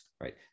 right